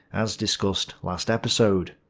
as discussed last episode.